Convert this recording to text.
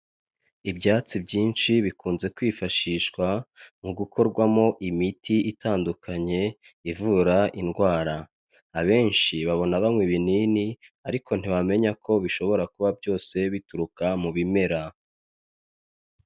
Ibyatsi byinshi bikunze kwifashishwa mu gukorwamo imiti itandukanye ivura indwara, abenshi babona banywa ibinini, ariko ntibamenya ko bishobora kuba byose bituruka mu bimera.